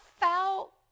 foul